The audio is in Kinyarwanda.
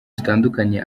zitandukanye